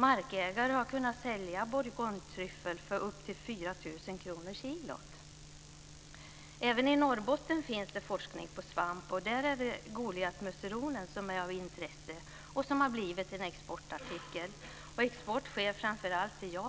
Markägare har kunnat sälja bourgognetryffel för upp till 4 000 Även i Norrbotten sker forskning om svamp. Där är det goliatmusseronen som är av intresse och som har blivit en exportartikel. Export sker framför allt till